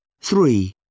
Three